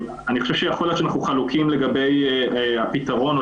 יכול להיות שאנחנו חלוקים לגבי הפתרון או